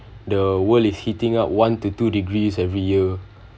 the world is heating up one to two degrees every year